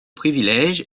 privilège